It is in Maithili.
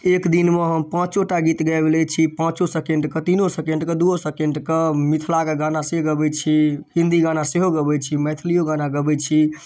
एकदिनमे हम पाँचो टा गीत गाबि लै छी पाँचो सेकण्डके तीनो सेकण्डके दुइओ सेकण्डके मिथिलाके गाना से गबै छी हिन्दी गाना सेहो गबै छी मैथिलिओ गाना गबै छी